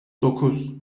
dokuz